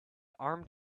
armed